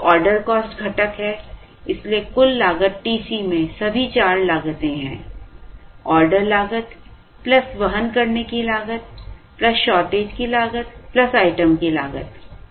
तो order cost घटक है इसलिए कुल लागत TC में सभी चार लागतें हैं ऑर्डर लागत प्लस वहन करने की लागत प्लस शॉर्टेज लागत प्लस आइटम लागत